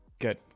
Good